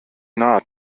nahe